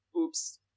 oops